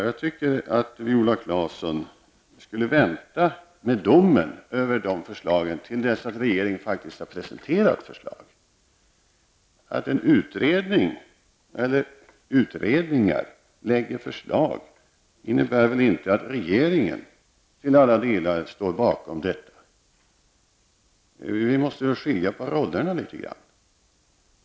Jag tycker att Viola Claesson skall vänta med sin dom över de här förslagen tills regeringen faktiskt har presenterat några förslag. Att utredningar lägger fram förslag innebär väl inte att regeringen till alla delar står bakom dessa. Vi måste nog skilja på rollerna litet grand.